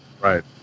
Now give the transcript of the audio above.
Right